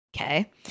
Okay